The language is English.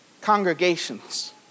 congregations